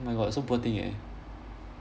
oh my god so poor thing eh